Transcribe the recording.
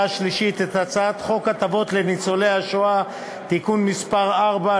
השלישית את הצעת חוק הטבות לניצולי שואה (תיקון מס' 4),